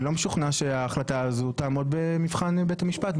אני לא משוכנע שההחלטה הזו תעמוד במבחן בית המשפט,